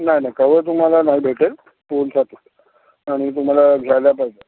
नाही नाही कवर तुम्हाला नाही भेटेल फोनचा फक्त आणि तुम्हाला घ्यायला पाहिजे